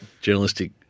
journalistic